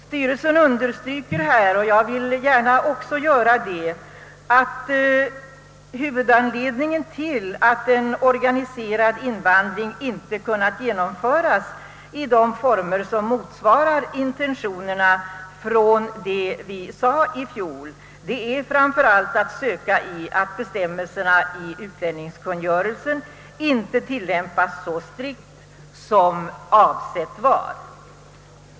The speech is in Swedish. Styrelsen understryker här, och jag vill också göra det, att huvudanledningen till att en organiserad invandring inte kunnat genomföras på ett sätt som motsvarar de intentioner vi hade i fjol, framför allt är att söka i att bestämmelserna i utlänningskungörelsen inte tilllämpats så strikt som avsett var.